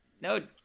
no